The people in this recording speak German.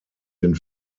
den